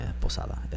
Posada